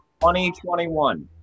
2021